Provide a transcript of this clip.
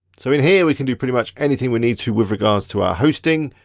so in here we can do pretty much anything we need to with regards to our hosting.